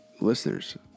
listeners